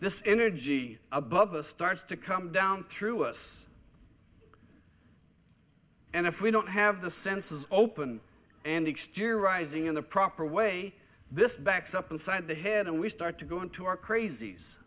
this energy above us starts to come down through us and if we don't have the senses open and exteriorizing in the proper way this backs up inside the head and we start to go into our crazies